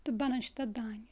تہٕ بنان چھُ تتھ دانہِ